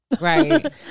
right